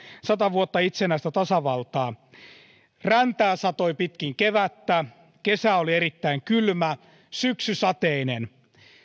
sata vuotta itsenäistä tasavaltaa räntää satoi pitkin kevättä kesä oli erittäin kylmä syksy sateinen